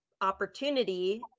opportunity